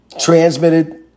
transmitted